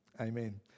Amen